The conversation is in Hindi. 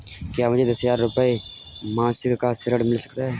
क्या मुझे दस हजार रुपये मासिक का ऋण मिल सकता है?